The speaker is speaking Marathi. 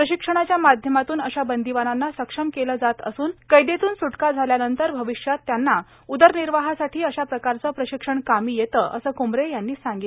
प्रशिक्षणाच्या माध्यमातून अशा बंदिवानांना सक्षम केल जात असून कैदेतून सुटका झाल्यानंतर भविष्यात त्यांना उदरनिर्वाहासाठी अशा प्रकारचे प्रशिक्षण कामी येते असं कुमरे यांनी सांगितलं